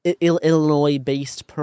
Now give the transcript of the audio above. Illinois-based